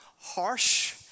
harsh